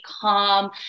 calm